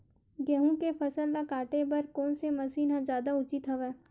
गेहूं के फसल ल काटे बर कोन से मशीन ह जादा उचित हवय?